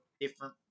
different